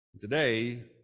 Today